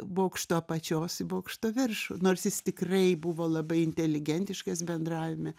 bokštų apačios į bokšto viršų nors jis tikrai buvo labai inteligentiškas bendravime